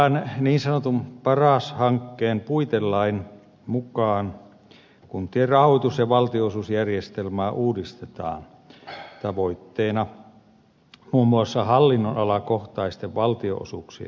tämän niin sanotun paras hankkeen puitelain mukaan kuntien rahoitus ja valtionosuusjärjestelmää uudistetaan tavoitteena muun muassa hallinnonalakohtaisten valtionosuuksien yhdistäminen